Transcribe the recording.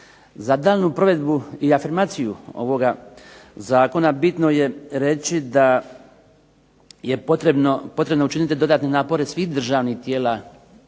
Za daljnju provedbu i afirmaciju ovoga zakona bitno je reći da je potrebno učiniti dodatne napore svih državnih tijela